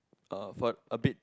uh fur~ a bit